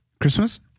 Christmas